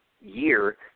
year